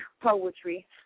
poetry